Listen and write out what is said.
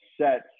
set